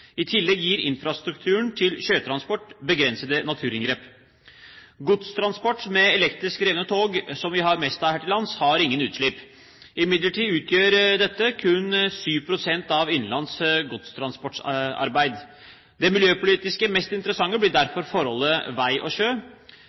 I tillegg gir infrastrukturen til sjøtransport begrensede naturinngrep. Godstransport med elektrisk drevne tog, som vi har mest av her til lands, har ingen utslipp. Imidlertid utgjør dette kun 7 pst. av innenlands godstransportarbeid. Det miljøpolitisk mest interessante blir derfor forholdet mellom vei og sjø.